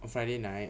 on friday night